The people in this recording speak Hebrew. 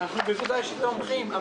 בוודאי שאנחנו תומכים,